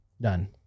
done